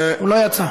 הוא לא יצא.